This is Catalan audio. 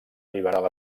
liberal